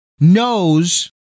knows